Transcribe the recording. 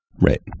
Right